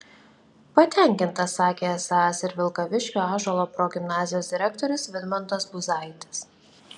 patenkintas sakė esąs ir vilkaviškio ąžuolo progimnazijos direktorius vidmantas buzaitis